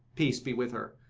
peace be with her!